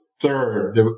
third